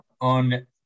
on